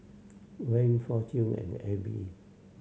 Van Fortune and Aibi